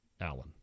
Allen